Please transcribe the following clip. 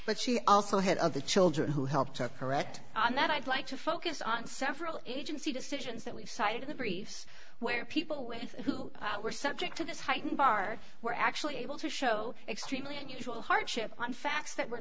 but she also had other children who helped her correct that i'd like to focus on several agency decisions that we've cited in the briefs where people who were subject to this heightened bar were actually able to show extremely unusual hardship on facts that were